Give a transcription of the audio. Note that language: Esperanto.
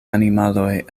animaloj